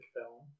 film